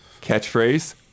Catchphrase